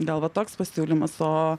gal va toks pasiūlymas o